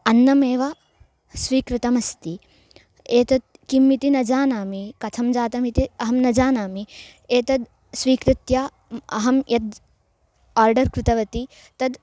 अन्नमेव स्वीकृतमस्ति एतत् किम् इति न जानामि कथं जातम् इति अहं न जानामि एतद् स्वीकृत्य अहं यद् आर्डर् कृतवती तद्